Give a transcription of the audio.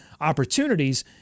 opportunities